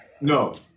No